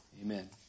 Amen